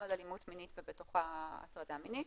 על אלימות מינית ובתוכה הטרדה מינית.